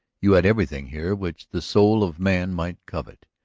you had everything here which the soul of man might covet.